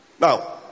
Now